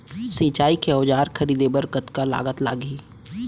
सिंचाई के औजार खरीदे बर कतका लागत लागही?